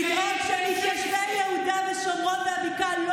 לדאוג שתושבי יהודה ושומרון והבקעה לא